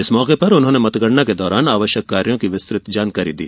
इस मौके पर उन्होंने मतगणना के दौरान आवश्यक एवं कार्यो की विस्तृत जानकारी भी दी